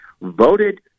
voted